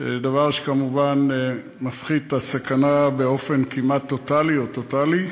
דבר שכמובן מפחית את הסכנה באופן כמעט טוטלי או טוטלי,